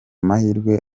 mahirwe